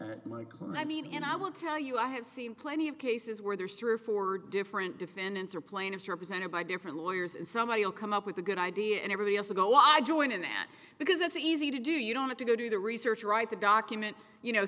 client i mean and i will tell you i have seen plenty of cases where there's three or four different defendants or plaintiffs represented by different lawyers and somebody will come up with a good idea and everybody else to go i join in and because it's easy to do you don't have to go do the research or write the documents you know